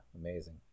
amazing